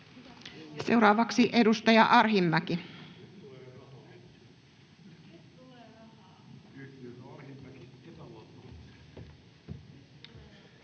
seuraavaksi edustaja Arhinmäki.